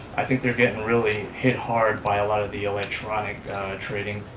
i think they'll get really hit hard by a lot of the electronic training,